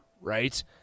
right